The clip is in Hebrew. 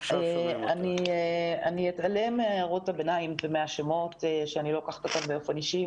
אני אתעלם מהערות הביניים ומהשמות שאני לא לוקחת באופן אישי.